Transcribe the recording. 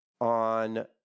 on